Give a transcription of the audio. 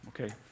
okay